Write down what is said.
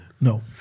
No